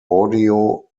audio